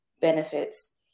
benefits